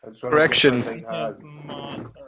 Correction